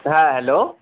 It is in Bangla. হ্যাঁ হ্যালো